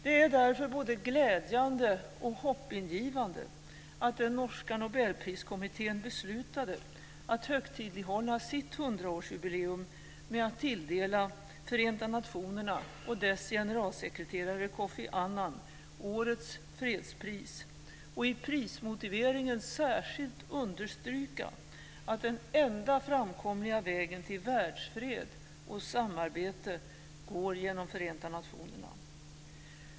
Det är därför både glädjande och hoppingivande att den norska Nobelpriskommittén beslutade att högtidlighålla sitt hundraårsjubileum med att tilldela Annan årets fredspris och i prismotiveringen särskilt understryka att den enda framkomliga vägen till världsfred och samarbete går genom Förenta nationerna.